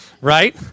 right